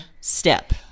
step